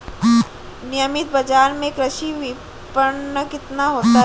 नियमित बाज़ार में कृषि विपणन कितना होता है?